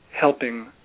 helping